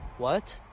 what?